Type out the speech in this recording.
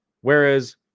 Whereas